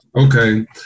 Okay